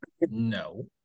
No